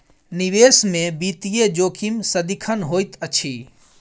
निवेश में वित्तीय जोखिम सदिखन होइत अछि